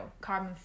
carbon